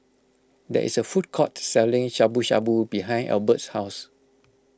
there is a food court selling Shabu Shabu behind Albert's house